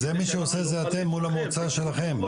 מי שעושה את זה זה אתם מול המועצה שלכם.